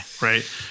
right